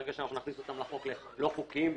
ברגע שנכניס אותם לחוק ללא חוקיים,